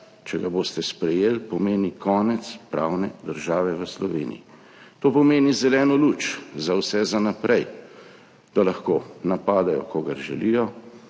če ga boste sprejeli, pomeni konec pravne države v Sloveniji. To pomeni zeleno luč za vse za naprej, da lahko napadejo, kogar želijo,